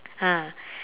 ah